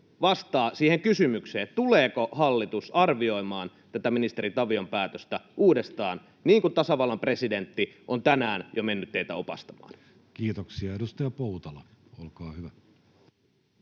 vastaa kysymykseen: tuleeko hallitus arvioimaan tätä ministeri Tavion päätöstä uudestaan, niin kuin tasavallan presidentti on tänään jo mennyt teitä opastamaan? Kiitoksia. — Edustaja Poutala, olkaa hyvä.